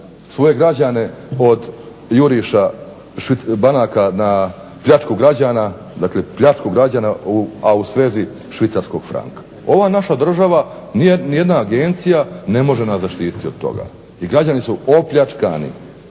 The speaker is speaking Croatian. svoje građane od juriša banaka na pljačku građana a u svezi švicarskog franka. Ova naša država nijedna agencije ne može nas zaštititi od toga. I građani su opljačkani.